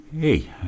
Hey